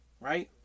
Right